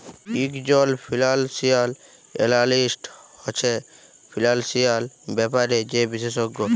ইকজল financial analyst হছে financial ব্যাপারে যে বিশেষজ্ঞ